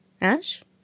Ash